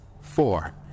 Four